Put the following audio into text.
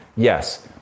yes